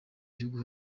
gihugu